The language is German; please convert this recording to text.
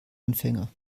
anfänger